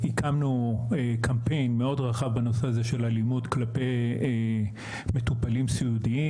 קיבלנו אלינו זאת עובדת שבדיעבד מתברר שכבר הייתה בתחנת משטרה,